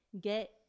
get